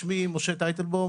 שמי משה טייטלבוים,